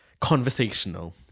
Conversational